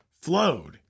flowed